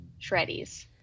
Shreddies